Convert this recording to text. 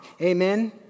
amen